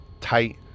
tight